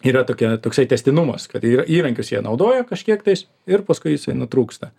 yra tokia toksai tęstinumas kad ir įrankius jie naudojo kažkiek tais ir paskui jisai nutrūksta